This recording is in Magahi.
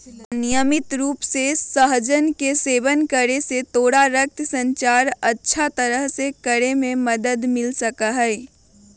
नियमित रूप से सहजन के सेवन करे से तोरा रक्त संचार अच्छा तरह से करे में मदद मिल सका हई